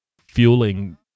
fueling